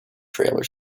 trailer